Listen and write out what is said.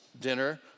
dinner